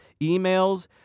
emails